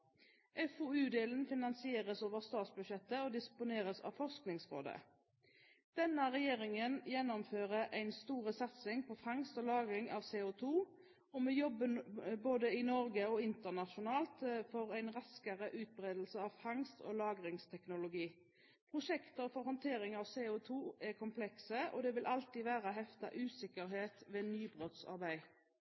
FoU-delen finansieres over statsbudsjettet og disponeres av Forskningsrådet. Denne regjeringen gjennomfører en stor satsing på fangst og lagring av CO2. Vi jobber både i Norge og internasjonalt for en raskere utbredelse av fangst- og lagringsteknologi. Prosjekter for håndtering av CO2 er komplekse, og det vil alltid være